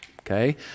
Okay